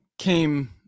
came